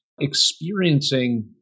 experiencing